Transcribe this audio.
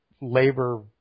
labor